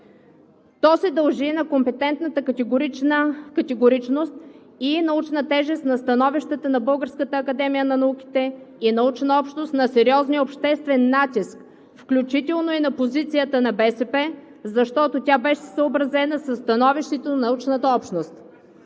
То се дължи на компетентната категоричност и научна тежест на становищата на Българската академия на науките и научна общност, на сериозния и обществен натиск, включително и на позицията на БСП, защото тя беше съобразена със становището на научната общност.